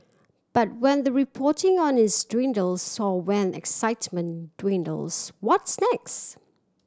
but when the reporting on its dwindles soar when excitement dwindles what's next